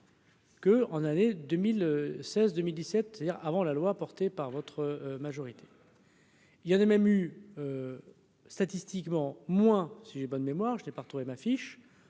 Que en année 2016, 2017, c'est-à-dire avant la loi portée par votre majorité, il y avait même eu statistiquement moins si j'ai bonne mémoire, je n'ai pas trouvé ma fiche,